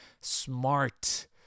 smart